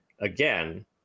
again